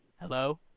Hello